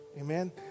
Amen